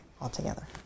altogether